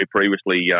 previously